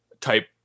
type